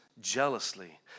jealously